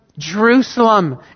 Jerusalem